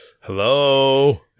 hello